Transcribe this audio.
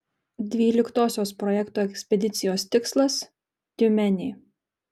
dvyliktosios projekto ekspedicijos tikslas tiumenė